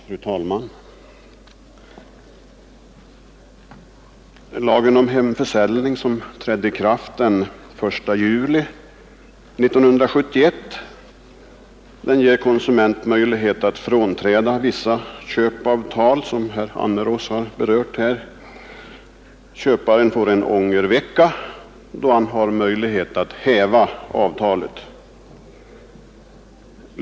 Fru talman! Lagen om hemförsäljning, som trädde i kraft den 1 juli 1971, ger konsument möjlighet att frånträda vissa köpavtal, vilket herr Annerås berört här. Köparen får en ångervecka, då han har möjlighet att häva avtalet.